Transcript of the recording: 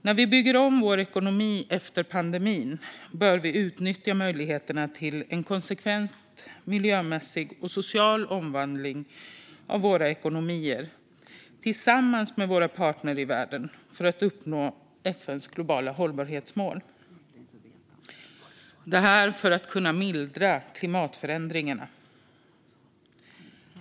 När vi bygger om vår ekonomi efter pandemin bör vi utnyttja möjligheterna till en konsekvent, miljömässig och social omvandling av våra ekonomier, tillsammans med våra partner i världen, för att uppnå FN:s globala hållbarhetsmål. Det handlar om att kunna mildra klimatförändringarna.